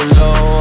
low